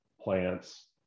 plants